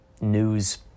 news